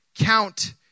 count